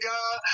God